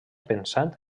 pensant